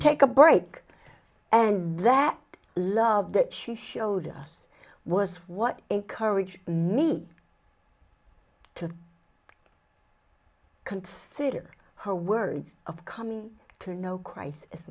take a break and that love that she showed us was what encouraged me to consider her words of coming to know christ as